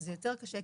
תראו,